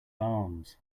arms